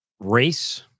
race